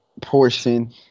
portion